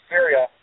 Syria